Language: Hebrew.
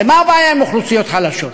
הרי מה הבעיה עם אוכלוסיות חלשות?